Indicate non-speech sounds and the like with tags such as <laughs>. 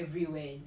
<laughs>